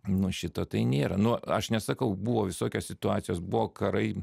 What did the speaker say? nu šito tai nėra nu aš nesakau buvo visokios situacijos buvo karai